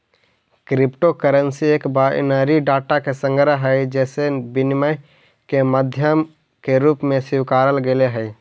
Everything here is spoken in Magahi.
क्रिप्टो करेंसी एक बाइनरी डाटा के संग्रह हइ जेसे विनिमय के माध्यम के रूप में स्वीकारल गेले हइ